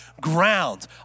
ground